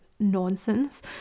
nonsense